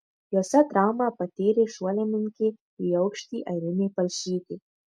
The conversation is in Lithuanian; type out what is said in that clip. jose traumą patyrė šuolininkė į aukštį airinė palšytė